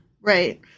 right